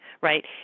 right